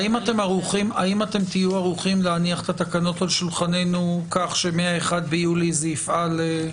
האם אתם תהיו ערוכים להניח את התקנות על שולחננו כך שמ-1 ביולי זה יפעל?